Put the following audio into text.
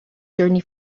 journey